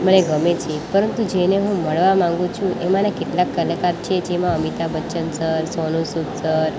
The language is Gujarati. મને ગમે છે પરંતુ જેને હું મળવા માગું છું એમાંના કેટલાક કલાકાર છે જેમાં અમિતાભ બચ્ચન સર સોનુ સૂદ સર